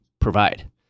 provide